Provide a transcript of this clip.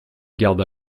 garda